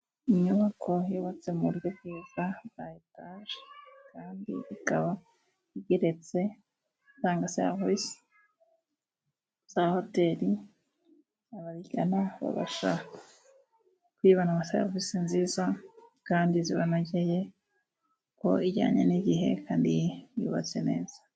Inyubako yubatse mu buryo bwiza bya etaje kandi ikaba igeretse ,utanga serivisi za hoteli abagana baba kwibona na serivisi nziza kandi zibanogeye ku ijyanye n'igihe kandi yubatse neza.